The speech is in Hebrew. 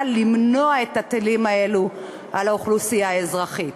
למנוע את הטילים האלו על האוכלוסייה האזרחית.